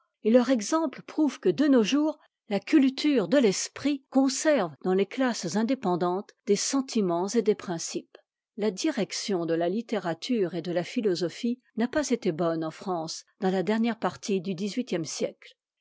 et leur exempte prouve que de nos jours la culture de l'esprit conserve dans les classes indépendantes des sentiments et des principes la direction de a ittërature et de la philosophie n'a pas été bonne en france ftans la dernière partie du dix-huitième siècle